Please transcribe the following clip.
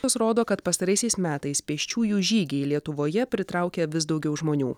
pasirodo kad pastaraisiais metais pėsčiųjų žygiai lietuvoje pritraukia vis daugiau žmonių